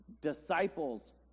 disciples